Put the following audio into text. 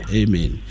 amen